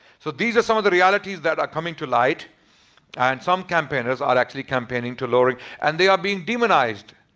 so these are some of the realities that are coming to light and some campaigners are actually campaigning to lowering and they are being demonized.